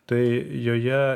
tai joje